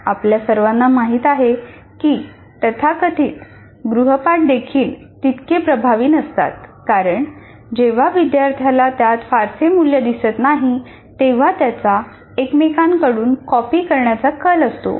आपल्या सर्वांना माहित आहे की तथाकथित गृहपाठदेखील तितके प्रभावी नसतात कारण जेव्हा विद्यार्थ्याला त्यात फारसे मूल्य दिसत नाही तेव्हा त्याचा एकमेकांकडून कॉपी करण्याचा कल असतो